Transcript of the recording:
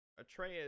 Atreus